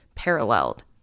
paralleled